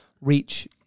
reach